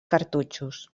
cartutxos